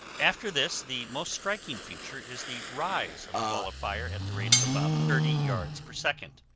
after this the most striking feature is the rise of the ball of fire at the rate of about thirty yards per second.